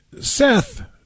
Seth